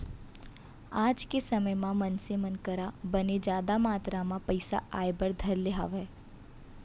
आज के समे म मनसे मन करा बने जादा मातरा म पइसा आय बर धर ले हावय